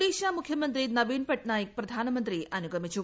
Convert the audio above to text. ഒഡീഷ മുഖ്യമന്ത്രി നവീൻ പട്നായക് പ്രധാനമന്ത്രിയെ അനുഗമിച്ചു